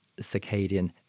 circadian